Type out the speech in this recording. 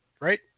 right